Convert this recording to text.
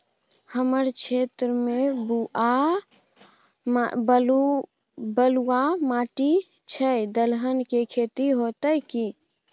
हमर क्षेत्र में बलुआ माटी छै, दलहन के खेती होतै कि?